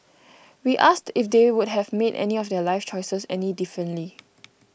we asked if they would have made any of their life choices any differently